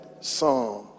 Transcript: Psalms